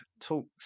talks